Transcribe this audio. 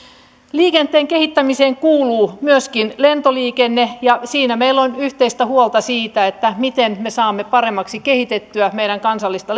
liikenteen kehittämiseen kuuluu myöskin lentoliikenne ja siinä meillä on yhteistä huolta siitä miten me saamme paremmaksi kehitettyä meidän kansallista